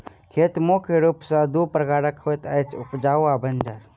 खेत मुख्य रूप सॅ दू प्रकारक होइत अछि, उपजाउ आ बंजर